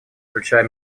включая